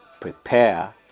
prepare